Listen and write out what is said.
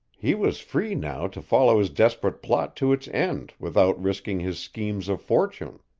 he was free now to follow his desperate plot to its end without risking his schemes of fortune.